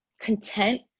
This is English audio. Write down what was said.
content